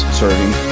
serving